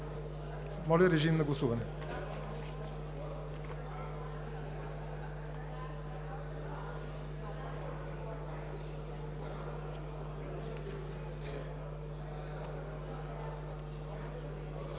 Моля, режим на гласуване.